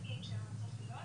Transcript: שלו סגור בפניו,